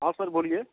हॅं सर बोलिए